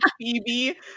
Phoebe